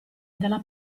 dalla